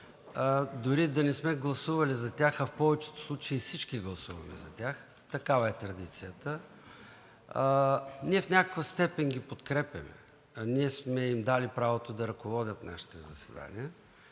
дори да не сме гласували за тях, а в повечето случаи всички гласуваме за тях – такава е традицията, ние в някаква степен ги подкрепяме, ние сме им дали правото да ръководят нашите заседания,